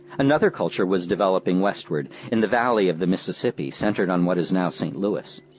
another culture was developing westward, in the valley of the mississippi, centred on what is now st. louis.